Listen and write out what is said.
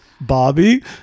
Bobby